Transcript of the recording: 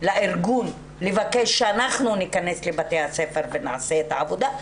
לארגון לבקש שאנחנו ניכנס לבתי הספר ונעשה את העבודה,